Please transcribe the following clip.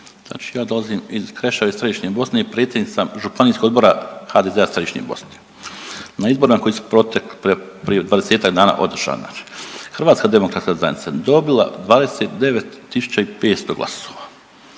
ja dolazim iz Kreševa iz središnje Bosne i predsjednik sam Županijskog odbora HDZ-a središnje Bosne. Na izborima koji su prije 20-ak dana održana HDZ dobila 29.500 glasova,